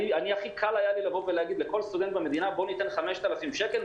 הכי קל היה לי להגיד: בוא ניתן לכל סטודנט במדינה 5,000 שקל,